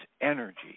energy